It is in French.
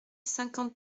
cinquante